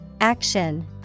Action